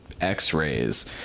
x-rays